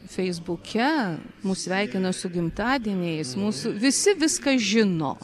feisbuke mus sveikina su gimtadieniais mūsų visi viską žino